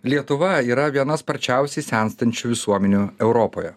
lietuva yra viena sparčiausiai senstančių visuomenių europoje